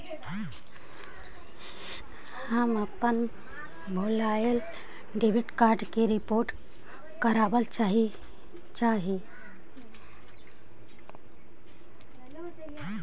हम अपन भूलायल डेबिट कार्ड के रिपोर्ट करावल चाह ही